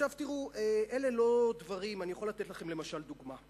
אני יכול להביא לכם למשל דוגמה,